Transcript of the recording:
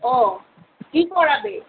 ও কি করাবে